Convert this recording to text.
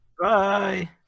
bye